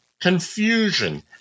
confusion